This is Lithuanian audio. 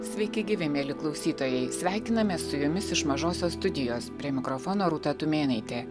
sveiki gyvi mieli klausytojai sveikinamės su jumis iš mažosios studijos prie mikrofono rūta tumėnaitė